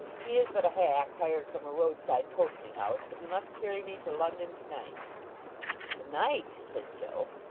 he is but a hack hired from a roadside posting house, but he must carry me to london to-night to-night! said joe.